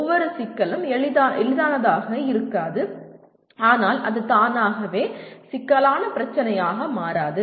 ஒவ்வொரு சிக்கலும் எளிதானதாக இருக்காது ஆனால் அது தானாகவே சிக்கலான பிரச்சனையாக மாறாது